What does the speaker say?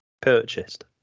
purchased